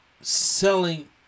selling